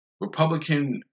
Republican